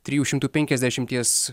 trijų šimtų penkiasdešimties